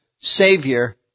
Savior